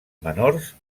menors